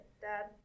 Dad